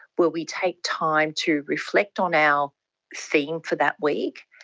where we take time to reflect on our theme for that week.